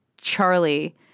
Charlie